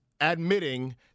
admitting